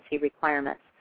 requirements